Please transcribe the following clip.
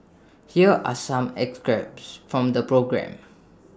here are some from the programme